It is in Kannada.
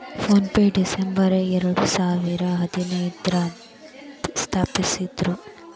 ಫೋನ್ ಪೆನ ಡಿಸಂಬರ್ ಎರಡಸಾವಿರದ ಹದಿನೈದ್ರಾಗ ಸ್ಥಾಪಿಸಿದ್ರು